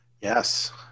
Yes